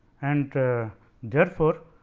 and therefore,